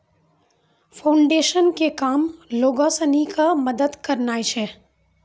foundation के काम लोगो सिनी के मदत करनाय छै